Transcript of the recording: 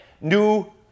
new